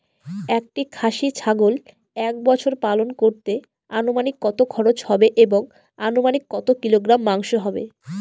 একটি খাসি ছাগল এক বছর পালন করতে অনুমানিক কত খরচ হবে এবং অনুমানিক কত কিলোগ্রাম মাংস হবে?